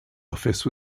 office